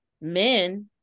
men